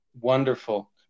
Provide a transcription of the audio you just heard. Wonderful